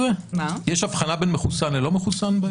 יש הבחנה בין מחוסן ללא מחוסן בהקשר הזה?